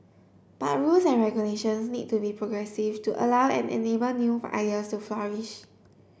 but rules and regulations need to be progressive to allow and enable new idea so flourish